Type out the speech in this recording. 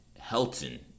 Helton